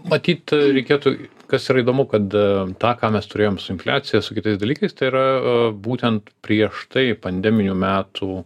matyt reikėtų kas yra įdomu kad tą ką mes turėjom su infliacija su kitais dalykais tai yra būtent prieš tai pandeminių metų